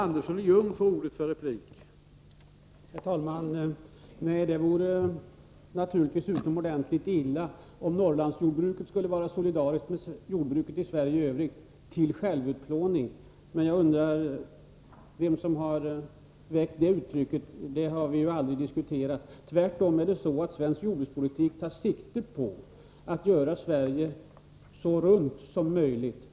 Herr talman! Det vore naturligtvis utomordentligt illa om Norrlandsjordbruket skulle vara solidariskt med jordbruket i Sverige i övrigt — till självutplåning. Jag undrar vem som tagit upp det uttrycket — det har vi aldrig diskuterat. Tvärtom tar svensk jordbrukspolitik sikte på att göra Sverige så runt som möjligt.